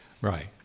Right